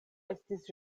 estis